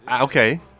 Okay